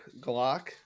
Glock